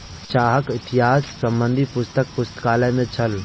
चाहक इतिहास संबंधी पुस्तक पुस्तकालय में छल